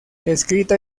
escrita